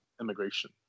immigration